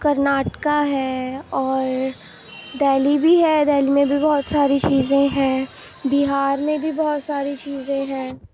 کرناٹکا ہے اور دہلی بھی ہے دہلی میں بھی بہت ساری چیزیں ہیں بہار میں بھی بہت ساری چیزیں ہیں